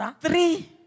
Three